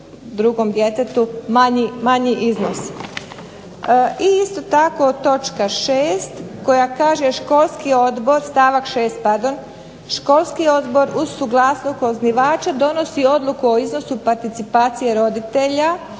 drogom djetetu manji iznos. I isto tako točka 6. koja kaže, stavak 6., pardon. Školski odbor uz suglasnost osnivača donosi odluku o iznosu participacije roditelja